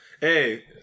Hey